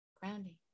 grounding